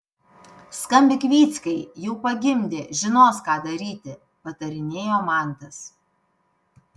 skambink vyckai jau pagimdė žinos ką daryti patarinėjo mantas